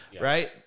Right